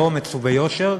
באומץ וביושר,